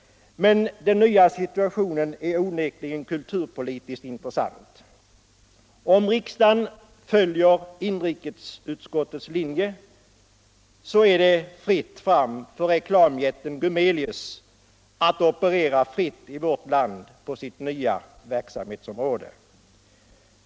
men den nya situationen är onekligen kulturpolitiskt intressant. Om riksdagen följer inrikesutskottets linje är det fritt fram för reklamjätten Gumaelius att operera fritt i vårt land på sitt nya verksamhets 121 område.